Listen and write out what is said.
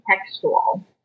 textual